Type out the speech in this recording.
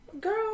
Girl